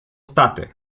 state